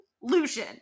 Lucian